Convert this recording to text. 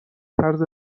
طرز